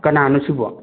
ꯀꯅꯥꯅꯣ ꯁꯤꯕꯨ